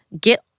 get